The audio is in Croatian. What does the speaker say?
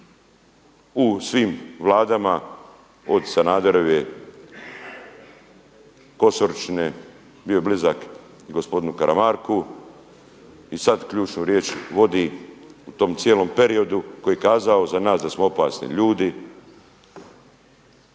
u svim Vladama, od Sanaderove, Kosoričine, bio je blizak i gospodinu Karamarku i sada ključnu riječ vodi u tom cijelom periodu koji je kazao za nas da smo opasni ljudi,